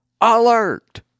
Alert